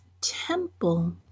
temple